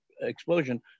explosion